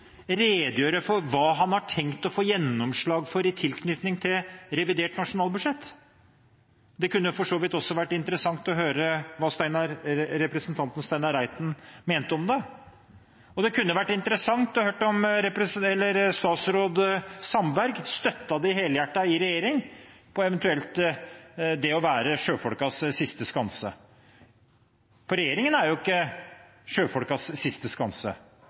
redegjøre for hva han har tenkt å få gjennomslag for i tilknytning til revidert nasjonalbudsjett. Det kunne for så vidt også ha vært interessant å høre hva representanten Steinar Reiten mener om det, og det kunne vært interessant å høre om statsråd Sandberg støttet dem helhjertet i regjering, med tanke på at Fremskrittspartiet skal være «sjømennenes siste skanse». Regjeringen er jo ikke sjøfolkenes siste skanse.